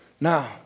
Now